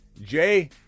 Jay